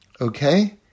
Okay